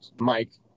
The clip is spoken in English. Mike